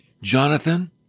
Jonathan